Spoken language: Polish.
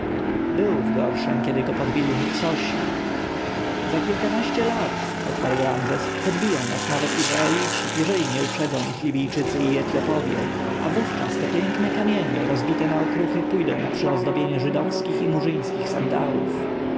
był w gorszem kiedy go podbili hyksosi za kilkanaście lat odparł ramzes podbiją nas nawet izraelici jeżeli nie uprzedzą ich libijczycy i etjopowie a wówczas te piękne kamienie rozbite na okruchy pójdą na przyozdobienie żydowskich i murzyńskich sandałów